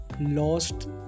lost